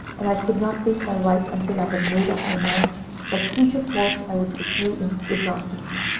and i could not face my wife until i had made up my mind what future course i should pursue in regard to her.